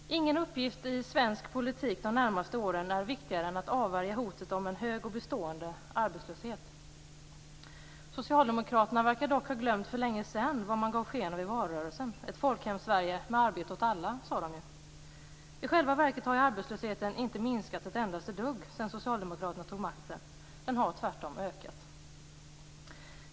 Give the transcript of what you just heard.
Fru talman! Ingen uppgift i svensk politik de närmaste åren är viktigare än att avvärja hotet om en hög och bestående arbetslöshet. Socialdemokraterna verkar dock ha glömt för länge sedan vad man gav sken av i valrörelsen: ett Folkhemssverige med arbete åt alla. I själva verket har arbetslösheten inte minskat ett enda dugg sedan socialdemokraterna tog makten. Den har tvärtom ökat.